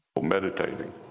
meditating